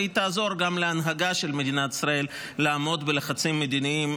והיא תעזור גם להנהגה של מדינת ישראל לעמוד בלחצים מדיניים,